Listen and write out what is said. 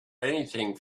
anything